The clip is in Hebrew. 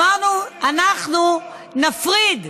אמרנו: אנחנו נפריד,